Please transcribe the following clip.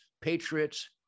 patriots